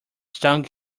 stung